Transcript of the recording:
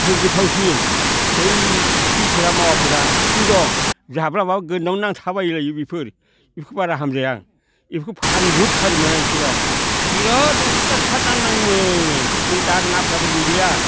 गोथावसिन बै फिथिख्रि फोरा मावा फोरा सु दं जाफ्लांब्ला गोदनायाव नांथा बायो बेफोर बिखौ बारा हामजाया आं एफोरखो फानजुबथारोमोन एखेबारे बिराद अयथासार ना नाङोमोन नै दा नाफोराबो गैलिया